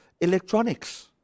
Electronics